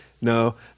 No